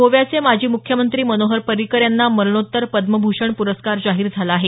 गोव्याचे माजी मुख्यमंत्री मनोहर पर्रिकर यांना मरणोत्तर पद्मभूषण प्रस्कार जाहीर झाला आहे